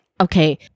Okay